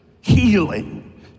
Healing